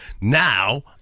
Now